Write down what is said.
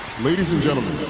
ladies and gentlemen,